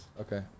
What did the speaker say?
Okay